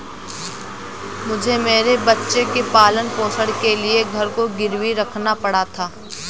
मुझे मेरे बच्चे के पालन पोषण के लिए घर को गिरवी रखना पड़ा था